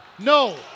No